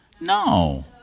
No